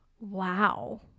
Wow